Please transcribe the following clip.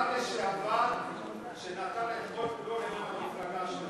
שר לשעבר שנתן את כל-כולו למען המפלגה שלו,